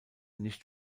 nicht